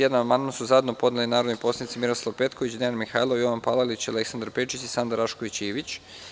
Na član 51. amandman su zajedno podneli narodni poslanici Miroslav Petković, Dejan Mihajlov, Jovan Palalić, Aleksandar Pejčić i Sanda Rašković Ivić.